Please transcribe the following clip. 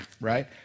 right